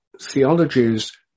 theologies